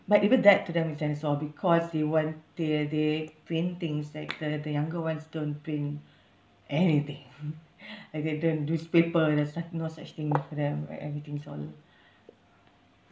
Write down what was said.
but even that to them is dinosaur because they want they they print things like the the younger ones don't print anything like that the newspaper there's such no such thing for them right everything's all